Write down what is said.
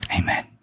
Amen